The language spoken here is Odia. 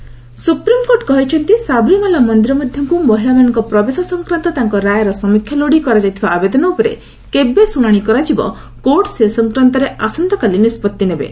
ସାବରିମାଳା ସୁପ୍ରିମକୋର୍ଟ କହିଛନ୍ତି ସାବରିମାଳା ମନ୍ଦିର ମଧ୍ୟକୁ ମହିଳାମାନଙ୍କ ପ୍ରବେଶ ସଂକ୍ରାନ୍ତ ତାଙ୍କ ରାୟର ସମୀକ୍ଷା ଲୋଡି କରାଯାଇଥିବା ଆବେଦନ ଉପରେ କେବେ ଶୁଣାଣି କରାଯିବ କୋର୍ଟ ସେ ସଂକ୍ରାନ୍ତରେ ଆସନ୍ତାକାଲି ନିଷ୍ପଭି ନେବେ